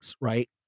right